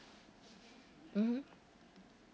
mmhmm